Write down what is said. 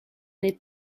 est